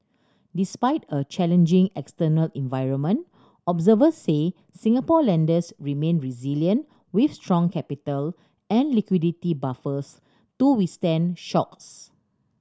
despite a challenging external environment observers said Singapore lenders remain resilient with strong capital and liquidity buffers to withstand shocks